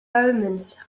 omens